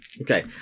Okay